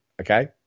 okay